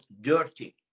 dirty